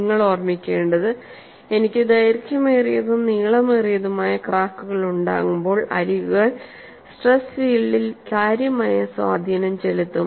നിങ്ങൾ ഓർമ്മിക്കേണ്ടത് എനിക്ക് ദൈർഘ്യമേറിയതും നീളമേറിയതുമായ ക്രാക്കുകൾ ഉണ്ടാകുമ്പോൾ അരികുകൾ സ്ട്രെസ് ഫീൽഡിൽ കാര്യമായ സ്വാധീനം ചെലുത്തും